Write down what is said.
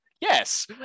yes